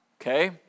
Okay